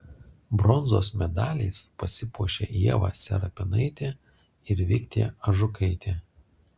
bronzos medaliais pasipuošė ieva serapinaitė ir viktė ažukaitė